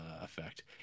effect